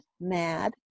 mad